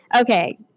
Okay